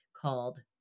called